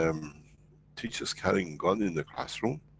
um teachers carrying gun in the classroom,